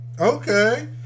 Okay